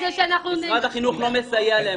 משרד החינוך לא מסייע להם.